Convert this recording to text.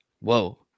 Whoa